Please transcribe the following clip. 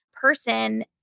person